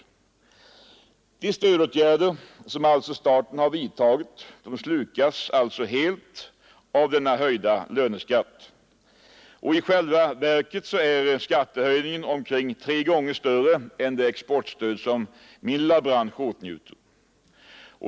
De stödåtgärder som staten har vidtagit slukas alltså helt av denna höjda löneskatt. I själva verket är skattehöjningen omkring tre gånger större än det exportstöd som min lilla bransch åtnjuter.